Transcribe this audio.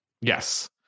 Yes